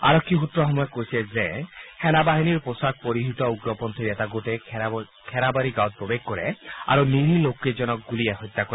আৰক্ষী সূত্ৰসমূহে কৈছে যে সেনা বাহিনীৰ পোছাক পৰিহিত উগ্ৰপন্থীৰ এটা গোটে খেৰবাৰী গাঁৱত প্ৰৱেশ কৰে আৰু নিৰীহ লোককেইজনক গুলীয়াই হত্যা কৰে